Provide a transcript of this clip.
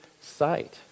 sight